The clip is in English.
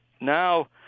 Now